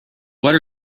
what